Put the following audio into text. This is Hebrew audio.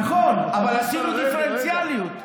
נכון, אבל עשינו דיפרנציאליות.